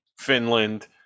Finland